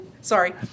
Sorry